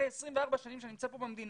אחרי 24 שנים שאני נמצא פה במדינה,